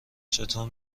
چطور